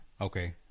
Okay